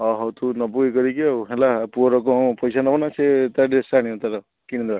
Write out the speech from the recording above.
ହଉ ହଉ ତୁ ନେବୁ ଇଏ କରିକି ଆଉ ହେଲା ପୁଅର କ'ଣ ପଇସା ନେବୁ ନା ସେ ତା ଡ୍ରେସ୍ ଆଣିବ ତା'ର କିଣିଦେବା